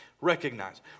recognize